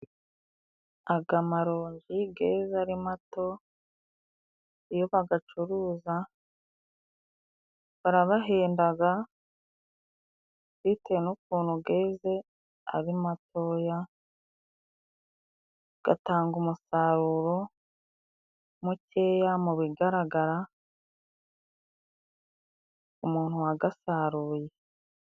Aga maronji geze ari mato, iyo bagacuruza barabahendaga bitewe n'ukuntu geze ari matoya, gatanga umusaruro mukeya mu bigaragara umuntu wagasaruye.